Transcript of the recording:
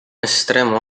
estremo